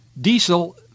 Diesel